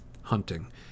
Hunting